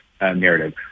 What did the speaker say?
narrative